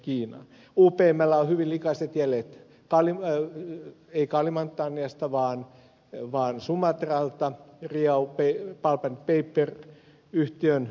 upmllä on hyvin likaiset jäljet paljon täällä ei kalimantanista vaan jo vaalisuma sumatralta riau pulp and paper yhtiön osakkaana